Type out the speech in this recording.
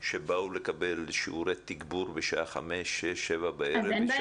שבאו לקבל שיעורי תגבור בשעה חמש, שש, שבע בערב.